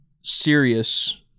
serious